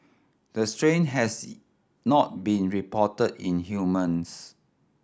the strain has not been reported in humans